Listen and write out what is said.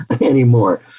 anymore